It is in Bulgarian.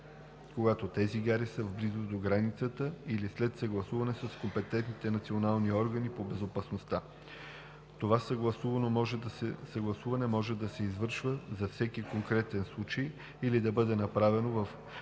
когато тези гари са в близост до границата, и след съгласуване с компетентните национални органи по безопасността. Това съгласуване може да се извършва за всеки конкретен случай или да бъде направено в